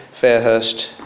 Fairhurst